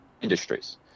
industries